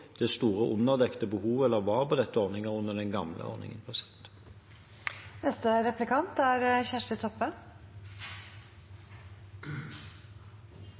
det store underdekte behovet det var på dette området under den gamle ordningen. Det er